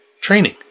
training